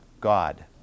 God